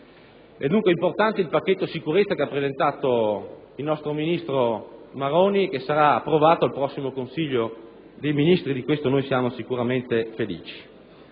È dunque importante il pacchetto sicurezza che ha presentato il nostro ministro Maroni, che sarà approvato nel prossimo Consiglio dei ministri e di questo siamo sicuramente felici.